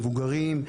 מבוגרים,